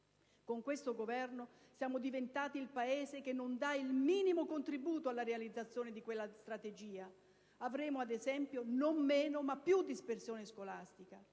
Con questo Governo siamo diventati il Paese che non dà il minimo contributo alla realizzazione di quella strategia. Ad esempio, avremo non meno, ma più dispersione scolastica.